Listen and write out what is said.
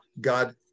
god